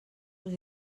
los